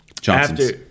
Johnson's